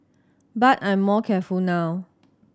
but I'm more careful now